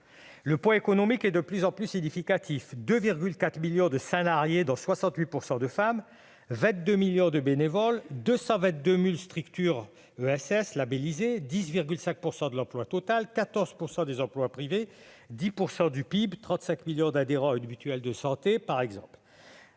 Le poids économique est de plus en plus significatif : 2,4 millions de salariés, dont 68 % de femmes ; 22 millions de bénévoles ; 222 000 structures labellisées ESS ; 10,5 % de l'emploi total ; 14 % des emplois privés ; 10 % du PIB ; 35 millions d'adhérents à une mutuelle de santé. Dans les